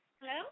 Hello